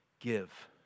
Give